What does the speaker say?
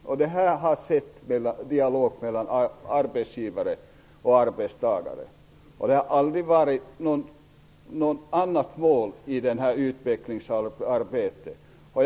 Allt detta har alltså skett i en dialog mellan arbetsgivare och arbetstagare. Något annat mål har aldrig funnits i det utvecklingsarbetet.